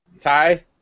Ty